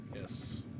Yes